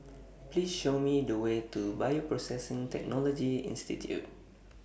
Please Show Me The Way to Bioprocessing Technology Institute